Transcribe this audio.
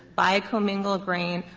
buy commingled grain,